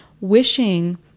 wishing